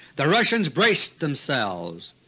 the russians braced themselves.